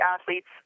athletes